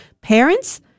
parents